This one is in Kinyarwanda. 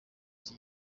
iki